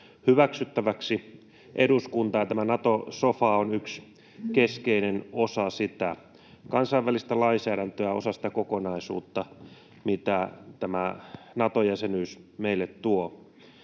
hyväksyttäväksi eduskuntaan. Tämä Nato-sofa on yksi keskeinen osa sitä kansainvälistä lainsäädäntöä, osa sitä kokonaisuutta, mitä tämä Nato-jäsenyys meille tuo.